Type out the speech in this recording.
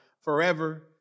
forever